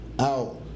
out